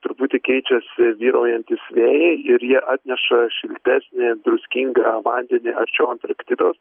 truputį keičiasi vyraujantys vėjai ir jie atneša šiltesnį druskingą vandenį arčiau antarktidos